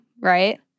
right